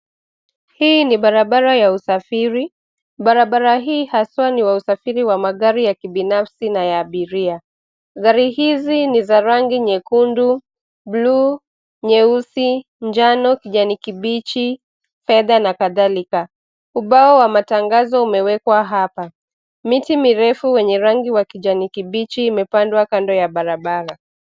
Hii ni barabara ya usafiri. Barabara hii haswa ni ya usafiri wa magari ya kibinafsi na ya abiria. Gari hizi ni za rangi nyekundu, bluu, nyeusi, njano, kijani kibichi, fedha na kadhalika. Umbao wa matangazo umewekwa hapa. Miti mirefu yenye rangi wa kijani kibichi imepandwa kando ya barabara.